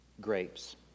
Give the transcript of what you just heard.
Grapes